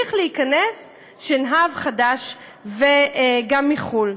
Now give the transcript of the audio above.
ימשיך להיכנס שנהב חדש גם מחו"ל.